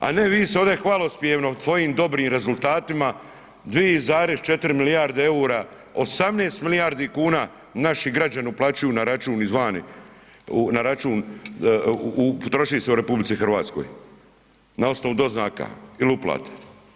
A ne vi se ovdje hvalospjevno svojim dobrim rezultatima 2,4 milijarde eura, 18 milijardi kuna naši građani uplaćuju na račun izvana, troši se u RH na osnovu doznaka ili uplata.